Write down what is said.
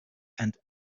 and